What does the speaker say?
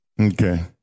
okay